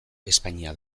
espainia